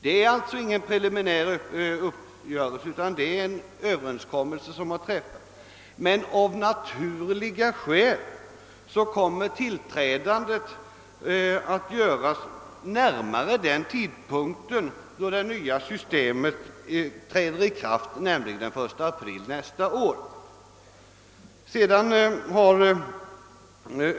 Det är alltså ingen preliminär uppgörelse, utan det är en överenskommelse som har träffats. Men av naturliga skäl kommer tillträdandet att ske närmare den tidpunkt då det nya systemet träder i kraft, nämligen den 1 april nästa år.